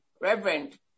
Reverend